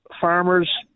farmers